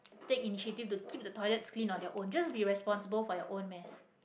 take initiative to keep the toilets clean on their own just be responsible for your own mess